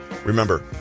Remember